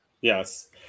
Yes